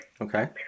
Okay